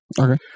Okay